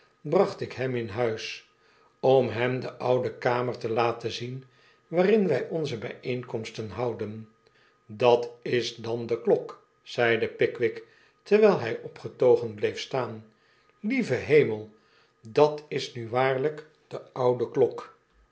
bracht ik hem in huis om hem de oude kamer te laten zien waarin wy onze byeenkomsten houden dat is dan deklok zeide pickwick terwyl hij opgetogen bleef staan w lieve hemel dat is nu waarlifk de oude